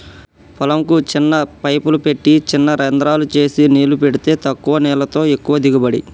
పొలం కు చిన్న పైపులు పెట్టి చిన రంద్రాలు చేసి నీళ్లు పెడితే తక్కువ నీళ్లతో ఎక్కువ దిగుబడి